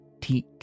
teach